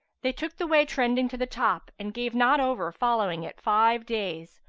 they took the way trending to the top and gave not over following it five days,